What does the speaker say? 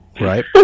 Right